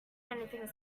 anything